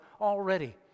already